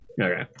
Okay